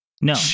No